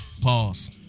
Pause